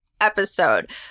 episode